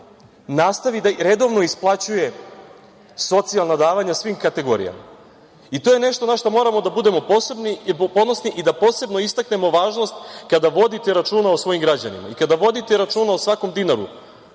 nastavi da redovno isplaćuje socijalna davanja svim kategorijama. To je nešto na šta moramo da budemo ponosni i da posebno istaknemo važnost kada vodite računa o svojim građanima i kada vodite računa o svakom dinaru